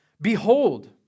Behold